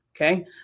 okay